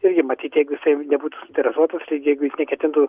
irgi matyt jeigu jisai nebūtų suinteresuotas tai jeigu jis neketintų